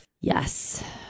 Yes